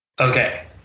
Okay